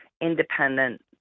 independent